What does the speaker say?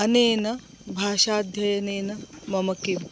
अनेन भाषाध्ययनेन मम किं